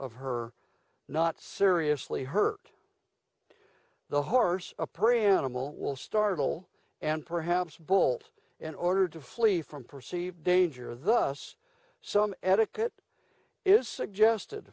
of her not seriously hurt the horse a preamble will startle and perhaps bolt in order to flee from perceived danger thus some etiquette is suggested